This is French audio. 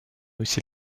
aussi